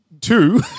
two